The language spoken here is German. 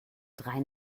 drei